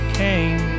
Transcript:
came